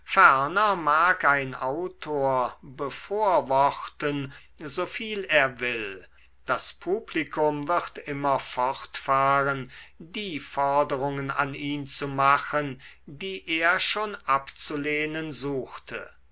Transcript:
mag ein autor bevorworten so viel er will das publikum wird immer fortfahren die forderungen an ihn zu machen die er schon abzulehnen suchte